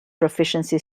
proficiency